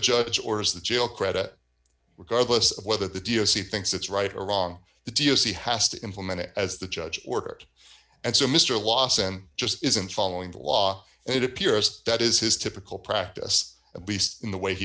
judge orders the jail credit regardless of whether the d o c thinks it's right or wrong the t o c has to implement it as the judge ordered and so mr lawson just isn't following the law and it appears that is his typical practice at least in the way he